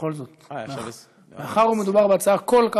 בכל זאת,